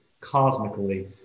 cosmically